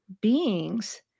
beings